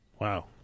Wow